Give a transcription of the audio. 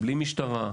בלי משטרה,